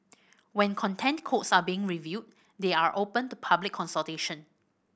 when Content Codes are being reviewed they are open to public consultation